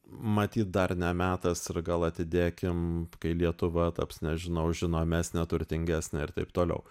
matyt dar ne metas ir gal atidėkim kai lietuva taps nežinau žinomesnė turtingesnė ir taip toliau